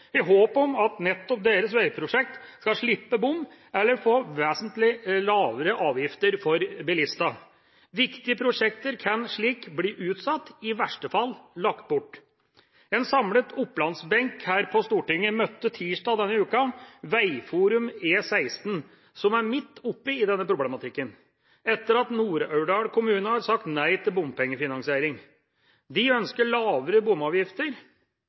håp om at nettopp deres veiprosjekt skal slippe bom, eller få vesentlig lavere avgifter for bilistene. Viktige prosjekter kan slik bli utsatt – i verste fall lagt bort. En samlet Oppland-benk her på Stortinget møtte tirsdag denne uka Vegforum E16 som er midt oppe i denne problematikken, etter at Nord-Aurdal kommune har sagt nei til bompengefinansiering. De ønsker lavere bomavgifter